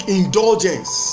indulgence